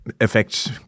affects